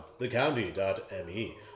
thecounty.me